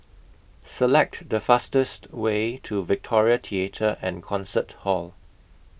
Select The fastest Way to Victoria Theatre and Concert Hall